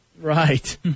Right